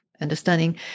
understanding